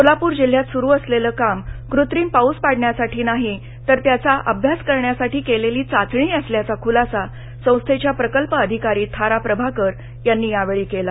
सोलापूर जिल्ह्यात सुरु असलेलं काम कृत्रिम पाऊस पाडण्यासाठी नाही तर त्याच्या अभ्यास करण्यासाठी केलेली चाचणी असल्याचा खुलासा संस्थेच्या प्रकल्प अधिकारी थारा प्रभाकर यांनी यावेळी केला